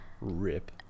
Rip